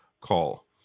call